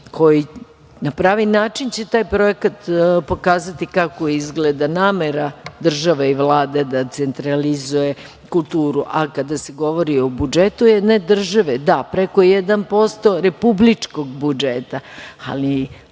Na pravi način će taj projekat pokazati kako izgleda namera države i Vlade da centralizuje kulturu. Kada se govori o budžetu jedne države, da, preko 1% republičkog budžeta, ali